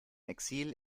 exil